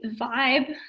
vibe